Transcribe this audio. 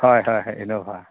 হয় ইনে'ভা